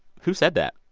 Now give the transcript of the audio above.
who said that?